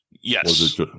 Yes